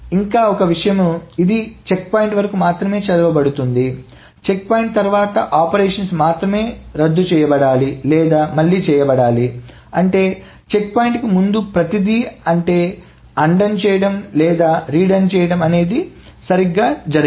ఇంకా ఒక విషయం ఇది చెక్పాయింట్ వరకు మాత్రమే చదవబడుతుంది కాబట్టి చెక్పాయింట్ తర్వాత కార్యకలాపాలు మాత్రమే రద్దు చేయబడాలి లేదా మళ్లీ చేయబడాలి అంటే చెక్ పాయింట్ కి ముందు ప్రతిదీ అంటే రద్దు చేయబడటం లేదా మళ్లీ చేయబడటం అనేది సరిగ్గా జరిగింది